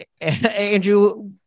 Andrew